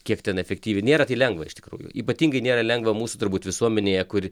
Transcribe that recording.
kiek ten efektyviai nėra tai lengva iš tikrųjų ypatingai nėra lengva mūsų turbūt visuomenėje kur